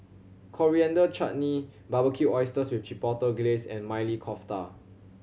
Coriander Chutney Barbecued Oysters with Chipotle Glaze and Maili Kofta